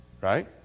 Right